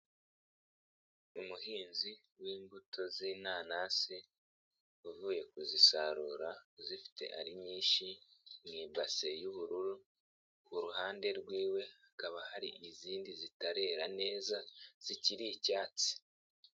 Umuhinzi w'imbuto z'inanasi, uvuye kuzisarura, uzifite ari nyinshi mu mbase y'ubururu, ku ruhande rw'iwe hakaba hari izindi zitarera neza, zikiri icyatsi.